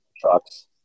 trucks